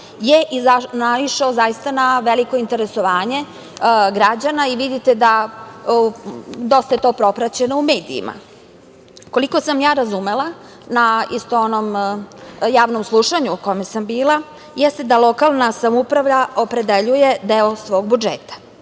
je naišao zaista na veliko interesovanje građana i vidite da je to dosta propraćeno u medijima. Koliko sam ja razumela na istom onom javnom slušanju na kome sam bila jeste da lokalna samouprava opredeljuje deo svog budžeta,